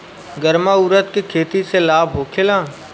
गर्मा उरद के खेती से लाभ होखे ला?